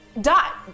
Dot